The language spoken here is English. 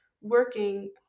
working